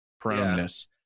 proneness